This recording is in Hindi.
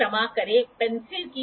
तो दो केंद्र हैं